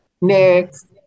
Next